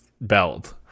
belt